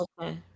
okay